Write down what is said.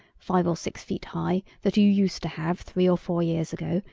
five or six feet high, that you used to have three or four years ago,